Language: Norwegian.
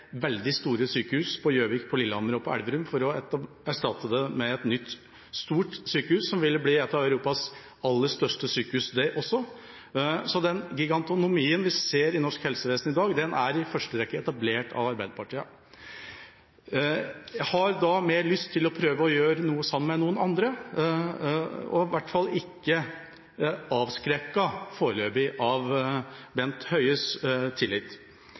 veldig store sykehus på Gjøvik, på Lillehammer og i Elverum for å erstatte dem med et nytt, stort sykehus som også ville blitt et av Europas aller største sykehus. Så den gigantomanien vi ser i norsk helsevesen i dag, er i første rekke etablert av Arbeiderpartiet. Jeg har da mer lyst til å prøve å gjøre noe sammen med noen andre, og foreløpig er jeg i hvert fall ikke avskrekket av Bent Høies tillit.